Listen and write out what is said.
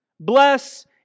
Bless